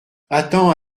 attends